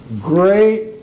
great